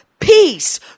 Peace